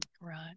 right